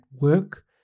work